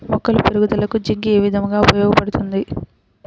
మొక్కల పెరుగుదలకు జింక్ ఏ విధముగా ఉపయోగపడుతుంది?